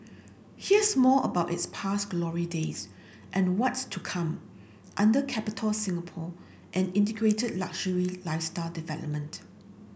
here's more about its past glory days and what's to come under Capitol Singapore an integrated luxury lifestyle development